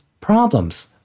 problems